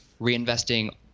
reinvesting